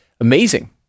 amazing